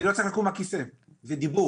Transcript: אני לא צריך לקום מהכיסא, זה דיבור